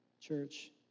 church